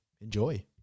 Enjoy